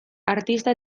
artista